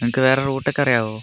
നിങ്ങൾക്ക് വേറെ റൂട്ടൊക്കെ അറിയാവോ